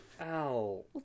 Ow